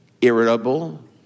irritable